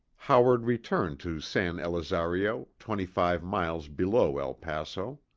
howard returned to san elizario, twenty-five miles below el paso.